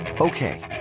Okay